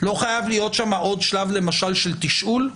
לא חייב להיות שם עוד שלב למשל של תשאול,